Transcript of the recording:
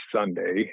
Sunday